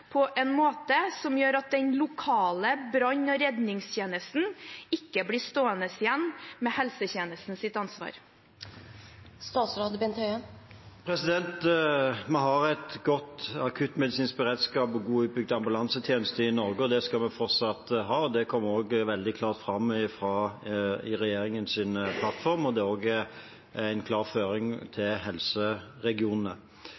på en måte som gjør at den lokale brann- og redningstjenesten ikke blir stående igjen med helsetjenestens ansvar? Vi har en god akuttmedisinsk beredskap og en godt utbygd ambulansetjeneste i Norge, og det skal vi fortsatt ha. Dette kommer også veldig klart fram i regjeringens plattform, og det er også en klar føring